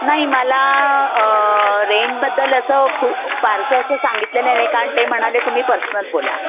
नाही मला रेंटबद्दल असं खू फारसं असं सांगितलेलं नाही कारण ते म्हणाले तुम्ही पर्सनल बोला